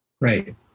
Right